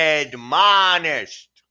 Admonished